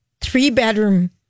three-bedroom